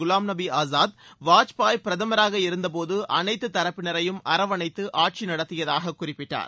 குலாம் நபி ஆஸாத் வாஜ்பாய் பிரதமராக இருந்தபோது அனைத்து தரப்பினரையும் அரவணைத்து ஆட்சி நடத்தியதாக குறிப்பிட்டார்